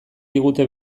digute